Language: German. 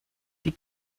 die